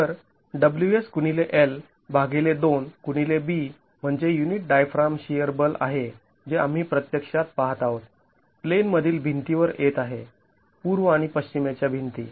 तर w s गुणिले L भागिले २ गुणिले B म्हणजे युनिट डायफ्राम शिअर बल आहे जे आम्ही प्रत्यक्षात पहात आहोत प्लेनमधील भिंतीवर येत आहे पूर्व आणि पश्चिमेच्या भिंती